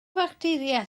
facteria